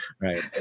right